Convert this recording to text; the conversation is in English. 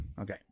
Okay